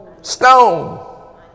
stone